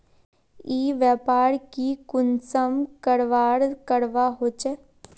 ई व्यापार की कुंसम करवार करवा होचे?